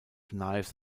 knives